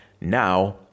Now